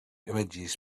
images